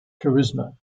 charisma